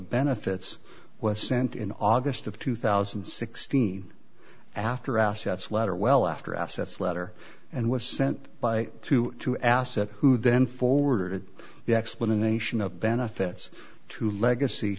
benefits was sent in august of two thousand and sixteen after assets letter well after assets letter and was sent by two to asset who then forwarded the explanation of benefits to legacy